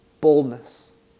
Boldness